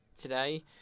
today